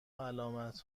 علامت